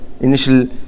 initial